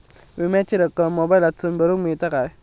विमाची रक्कम मोबाईलातसून भरुक मेळता काय?